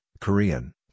Korean